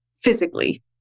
physically